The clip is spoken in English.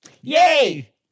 Yay